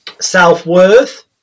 self-worth